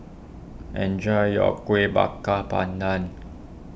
enjoy your Kuih Bakar Pandan